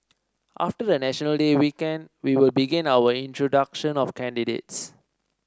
after the National Day weekend we will begin our introduction of candidates